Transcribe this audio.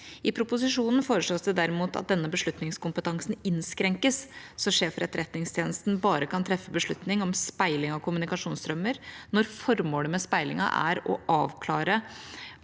mv.) sjonen foreslås det derimot at denne beslutningskompetansen innskrenkes, dvs. at sjef for Etterretningstjenesten bare kan treffe beslutning om speiling av kommunikasjonsstrømmer når formålet med speilingen er å avklare